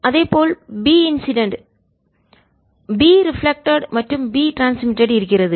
அதேபோல் B incident B reflected பிரதிபலித்தல்மற்றும் B transmitted இருக்கிறது